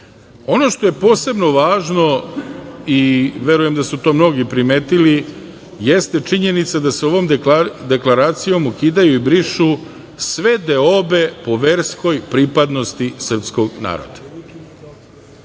što je posebno važno i verujem da su to mnogi primetili jeste činjenica da se ovom Deklaracijom ukidaju i brišu sve deobe po verskoj pripadnosti srpskog naroda.